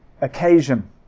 occasion